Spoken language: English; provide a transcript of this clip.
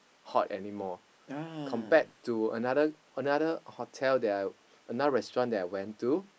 hot anymore compared to another another hotel that I another restaurant that I went to